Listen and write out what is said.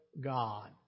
God